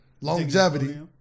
Longevity